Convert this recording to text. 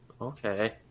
okay